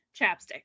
chapstick